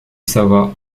savoie